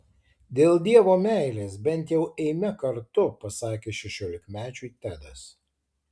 dėl dievo meilės bent jau eime kartu pasakė šešiolikmečiui tedas